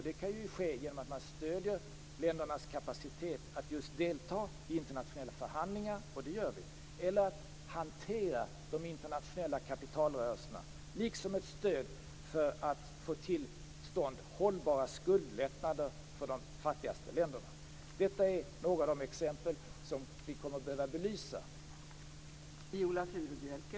Det kan ske genom att man stöder ländernas kapacitet att delta i internationella förhandlingar, vilket vi gör, eller att hantera de internationella kapitalrörelserna, liksom man ger ett stöd för att få till stånd hållbara skuldlättnader för de fattigaste länderna. Detta är några av de exempel som vi kommer att behöva belysa.